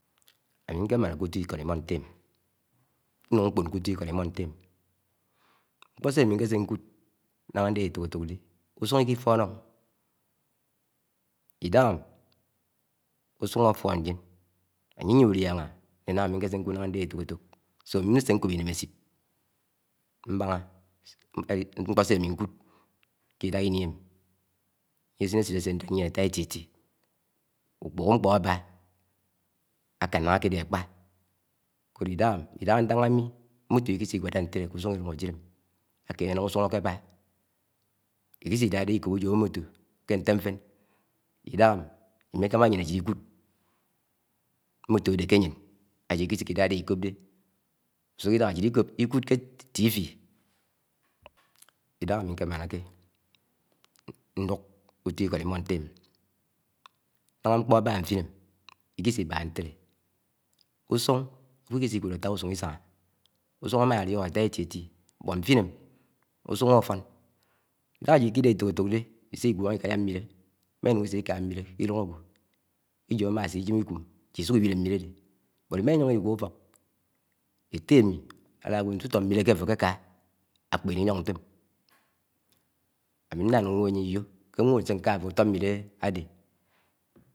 . Ãmi ñkemáná ké útú íke̱d imọñté. ámi, núṉ mkpo̱ṇ ke̱ utu ikod imonte ami mkpo se ami ṉkésénkud naho ndehe Eto̱k- eto̱k de, ũsúṉ iki ñfo̱nó ìdo̱ñam u̱su̱n afon nyen, aye áyié uliáha ñṉé na̱ha̱ ámi̱ ṉke̱kud ṇaha nkekud eto̱k étok adé ána̱m ami ami nse ko̱p i̱nemechit mba̱ha nkpo̱ sé a̱mí ṉkúd ke̱ ídaha. ini emi ayesin echit ase anem mien áta èti- eti, ukpuho̱ ñkpo̱ ãba, ãkan naha akede akpa nisáḏehe̱ iḏahá ntalami nkpo̱ uwad ikisi iwada ntei̱é ke̱ usuṉ ájid ámi, akene naha usún áké ábá jkúsi ida̱da̱ iko̱p ujo̱ mkpo̱ uwa ke nte nfen, idaha mmi ikákáma áyẹn aji̱ḍ ịkud nkpo uwad ke, ãye̱ṉ ajid, ikisi, idada, ikopde ṉsuho̱ idaha ojid ikúd ké ẽkéme ũtan iko, idaha, ami ñkemanake ndu̱k utu̱ ikọt imo̱ṇte ámi, nahá nkpọ aba nfiṇ ami ikisi ibaha ntele usun, agwo, ikisi ikude ata usun isáhá, usu̱n ama aniok átá éti- éti áde ñfin ami, u̱sún áfo̱n Idaha ajid ikidehe eto̱k eto̱k dé isi igwo̱ho̱ ikáhá m̃mere ima iñón ísi̱ká mmilé ke ilúng ágwọ ejo̱ ámá asijém ikúm ájid isuk iwile mmilead ade imá iýo̱ng uigwó ufo̱k, ette ami ald awa nsu̱to mmile ké afo̱ akeka ákpéné íyo̱ng nfo̱m? ami ámila nu̱n nwó ange iyo ké nweho̱ ñsẽ nká a̱bá útọ mmile áde.